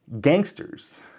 gangsters